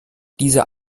dieser